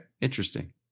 Interesting